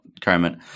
Kermit